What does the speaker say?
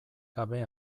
gabe